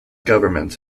governments